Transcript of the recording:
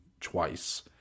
twice